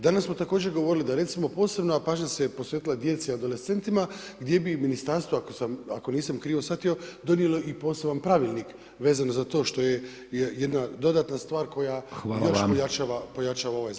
Danas smo također govorili da recimo, posebna pažnja se posvetila djeci adolescentima, gdje bi ministarstvo ako nisam krivo shvatio donijelo i poseban pravilnik vezano za to što je jedna dodatna stvar, koja još pojačava ovaj zakon